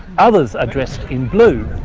others are dressed in blue,